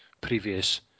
previous